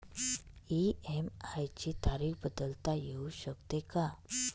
EMI ची तारीख बदलता येऊ शकते का?